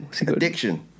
addiction